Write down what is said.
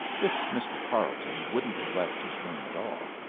this mr. carleton wouldn't have left his room at all.